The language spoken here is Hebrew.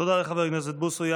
תודה לחברי כנסת בוסו.